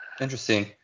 Interesting